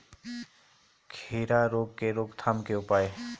खीरा रोग के रोकथाम के उपाय?